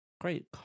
great